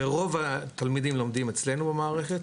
ורוב התלמידים לומדים אצלנו במערכת.